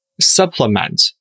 supplement